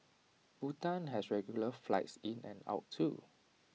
Bhutan has regular flights in and out too